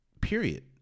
period